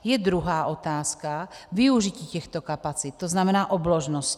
Je druhá otázka využití těchto kapacit, tzn. obložnosti.